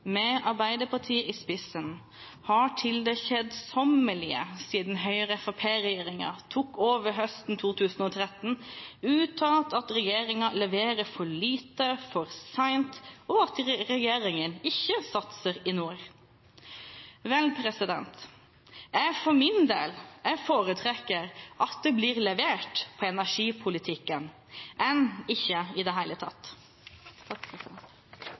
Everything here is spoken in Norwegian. med Arbeiderpartiet i spissen har til det kjedsommelige siden Høyre–Fremskrittsparti-regjeringen tok over høsten 2013, uttalt at regjeringen leverer for lite for sent, og at regjeringen ikke satser i nord. Vel, jeg for min del foretrekker at det blir levert på energipolitikken framfor ikke i det hele tatt.